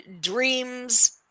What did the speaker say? dreams